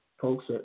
folks